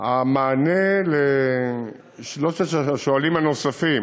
המענה לשלושת השואלים הנוספים,